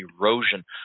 erosion